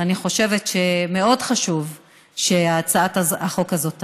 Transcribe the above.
אני חושבת שמאוד חשוב שהצעת החוק הזאת תעבור.